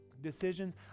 decisions